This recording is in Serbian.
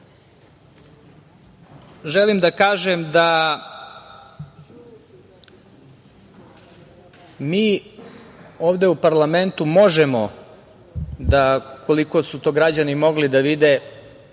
da kažem da mi ovde u parlamentu možemo da, koliko su to građani mogli da vide,